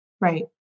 Right